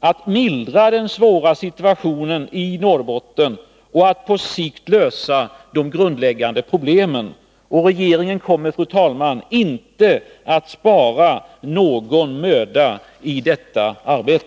att mildra den svåra situationen i Norrbotten och att på sikt lösa de grundläggande problemen. Regeringen kommer, fru talman, inte att spara någon möda i detta arbete.